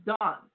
done